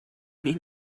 need